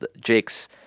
Jake's